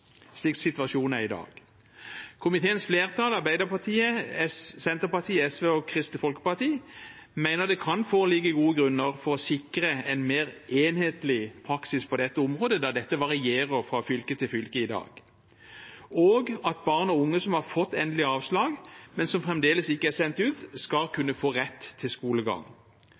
slik situasjonen er i dag. Komiteens flertall, Arbeiderpartiet, Senterpartiet, SV og Kristelig Folkeparti, mener det kan foreligge gode grunner for å sikre en mer enhetlig praksis på dette området, da dette varierer fra fylke til fylke i dag, og at barn og unge som har fått endelig avslag, men som fremdeles ikke er sendt ut, skal kunne få rett til skolegang.